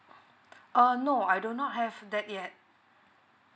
err no I do not have that yet